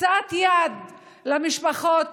קצת יד למשפחות